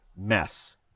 mess